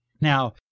Now